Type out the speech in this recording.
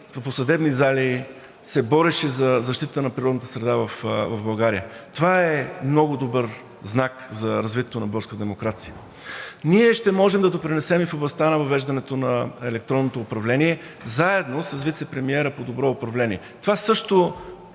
по съдебни зали се бореше за защита на природната среда в България. Това е много добър знак за развитието на българската демокрация. Ние ще можем да допринесем и в областта на въвеждането на електронното управление заедно с вицепремиера по добро управление. Това също